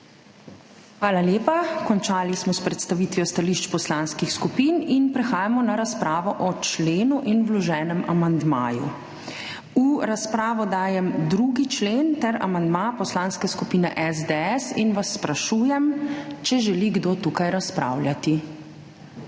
Hvala lepa. Končali smo s predstavitvijo stališč poslanskih skupin. Prehajamo na razpravo o členu in vloženem amandmaju. V razpravo dajem 2. člen ter amandma Poslanske skupine SDS. Sprašujem, če želi kdo tukaj razpravljati? Okej, kar